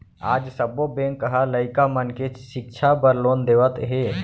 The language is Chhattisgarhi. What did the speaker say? आज सब्बो बेंक ह लइका मन के सिक्छा बर लोन देवत हे